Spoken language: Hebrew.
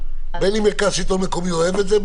בין אם מרכז השלטון המקומי אוהב את זה,